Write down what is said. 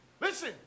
Listen